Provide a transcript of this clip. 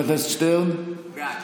בעד.